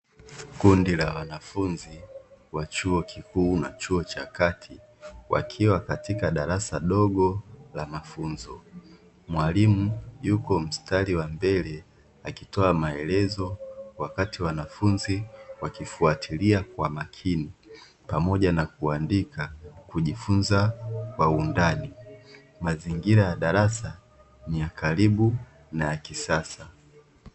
Kundi la wanafunzi wa chuo kikuu na chuo cha kati. Wakiwa katika darasa dogo la mafunzo. Mwalimu yupo mstari wa mbele akitoa maelezo, wakati wanafunzi wakifuatilia kwa makini pamoja na kuandika, kujifunza kwa undani. Mazingira ya darasa ni ya karibu na kisasa.